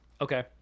Okay